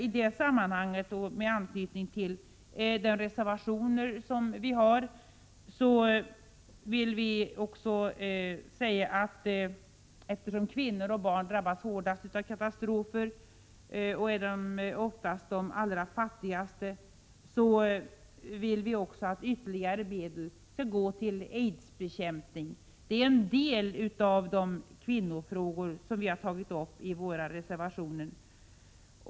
I det sammanhanget och med anknytning till de reservationer som vi har avgett vill vi markera, att eftersom kvinnor och barn drabbas hårdast av katastrofer och oftast är de allra fattigaste, är det angeläget att ytterligare medel går till aidsbekämpningen. Den är en del av de kvinnofrågor som vi har tagit upp i våra reservationer.